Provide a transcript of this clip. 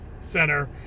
Center